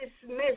dismiss